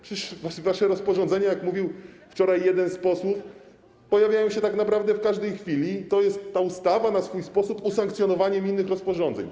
Przecież wasze rozporządzenia, jak mówił wczoraj jeden z posłów, pojawiają się tak naprawdę w każdej chwili i ta ustawa jest na swój sposób usankcjonowaniem innych rozporządzeń.